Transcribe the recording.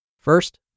First